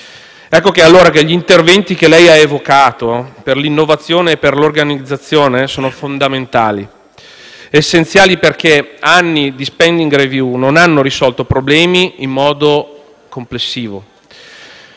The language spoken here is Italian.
Ecco allora che gli interventi che ha evocato per l'innovazione e l'organizzazione sono fondamentali, perché anni di *spending review* non hanno risolto i problemi in modo complessivo.